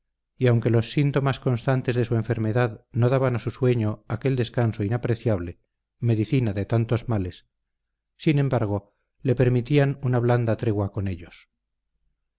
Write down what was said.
y aunque los síntomas constantes de su enfermedad no daban a su sueño aquel descanso inapreciable medicina de tantos males sin embargo le permitían una blanda tregua con ellos